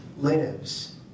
lives